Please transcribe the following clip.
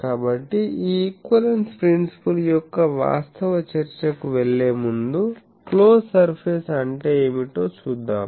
కాబట్టి ఈ equivalence principle యొక్క వాస్తవ చర్చకు వెళ్ళే ముందు క్లోజ్ సర్ఫేస్ అంటే ఏమిటో చూద్దాం